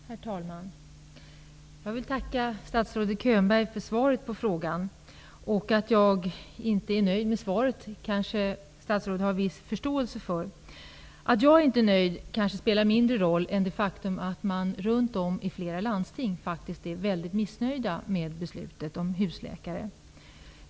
Herr talman! Jag vill tacka statsrådet Könberg för svaret på frågan. Statsrådet kanske har viss förståelse för att jag inte är nöjd med svaret. Att jag inte är nöjd kanske spelar mindre roll, än det faktum att man runt om i flera landsting är väldigt missnöjd med beslutet om husläkare.